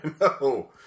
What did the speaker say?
No